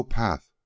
path